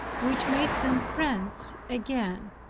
which made them friends again.